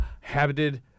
habited